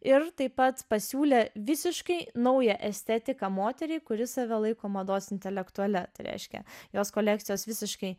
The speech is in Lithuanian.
ir taip pat pasiūlė visiškai nauja estetiką moterį kuri save laiko mados intelektuale tai reiškia jos kolekcijos visiškai